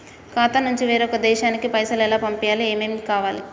ఖాతా నుంచి వేరొక దేశానికి పైసలు ఎలా పంపియ్యాలి? ఏమేం కావాలి?